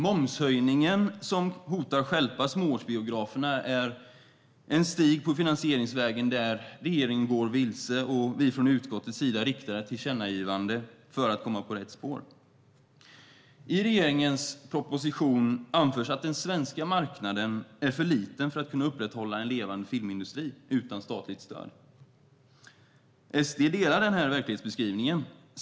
Momshöjningen som hotar stjälpa småortsbiograferna är en stig på finansieringsvägen där regeringen går vilse, och vi från utskottets sida lämnar ett tillkännagivande för att den ska komma på rätt spår. I regeringens proposition anförs att den svenska marknaden är för liten för att kunna upprätthålla en levande filmindustri utan statligt stöd. SD delar den verklighetsbeskrivningen.